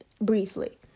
briefly